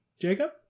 jacob